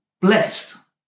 blessed